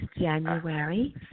January